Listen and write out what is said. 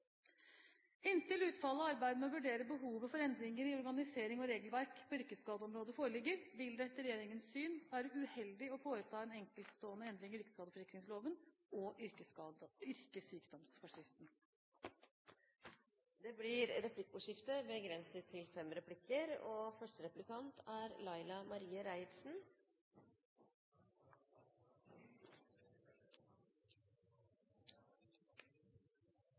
Inntil utfallet av arbeidet med å vurdere behovet for endringer i organisering og regelverk på yrkesskadeområdet foreligger, vil det etter regjeringens syn være uheldig å foreta enkeltstående endringer i yrkesskadeforsikringsloven og yrkessykdomsforskriften. Det blir replikkordskifte. Eg takkar statsråden for eit godt innlegg. Det er